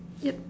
yup